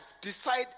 decide